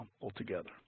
altogether